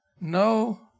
no